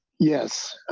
yes,